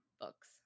books